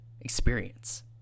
experience